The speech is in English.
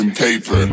paper